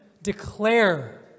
Declare